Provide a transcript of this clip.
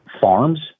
farms